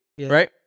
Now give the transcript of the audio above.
right